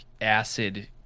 acid